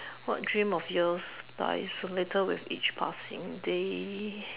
what dream of yours dies a little with each passing day